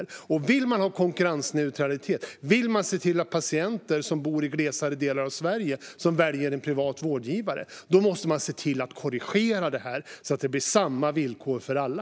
Om man vill ha konkurrensneutralitet och även värna patienter som bor i glesare delar av Sverige som väljer en privat vårdgivare måste man se till att korrigera detta så att det blir samma villkor för alla.